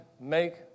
make